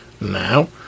now